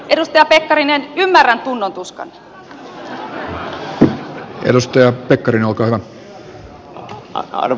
edustaja pekkarinen ymmärrän tunnontuskanne